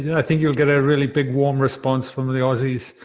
yeah i think you'll get a really big warm response from the the aussiess,